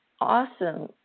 awesome